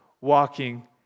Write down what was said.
walking